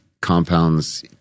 compounds